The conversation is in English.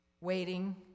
waiting